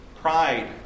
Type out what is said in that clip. pride